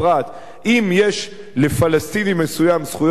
אם יש לפלסטיני מסוים זכויות בקרקע,